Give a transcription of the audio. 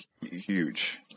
huge